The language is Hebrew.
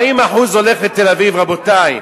40% הולך לתל-אביב, רבותי.